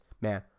man